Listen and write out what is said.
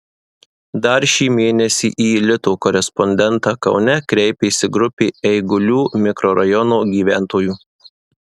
dar šį mėnesį į lito korespondentą kaune kreipėsi grupė eigulių mikrorajono gyventojų